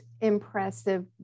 impressive